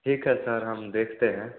ठीक है सर हम देखते हैं